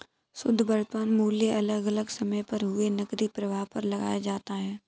शुध्द वर्तमान मूल्य अलग अलग समय पर हुए नकदी प्रवाह पर लगाया जाता है